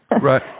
Right